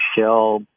shell